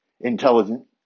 intelligent